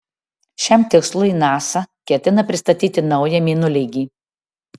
šiam tikslui nasa ketina pristatyti naują mėnuleigį